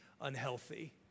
unhealthy